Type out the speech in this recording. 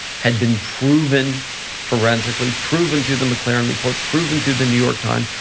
had been proven forensically, proven to the mclaren report, proven to the new york times,